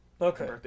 okay